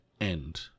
end